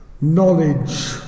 knowledge